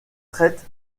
traitent